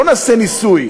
בואו נעשה ניסוי,